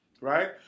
right